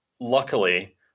luckily